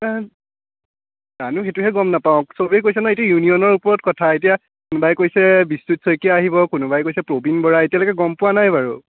অ' জানো সেইটোহে গম নাপাওঁ চবেই কৈছে নহয় এইটো ইউনিয়নৰ ওপৰত কথা এতিয়া কোনোবাই কৈছে বিশ্ৰুত শইকীয়া আহিব কোনোবাই কৈছে প্ৰবীণ বৰা এতিয়ালৈকে গম পোৱা নাই বাৰু